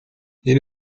энэ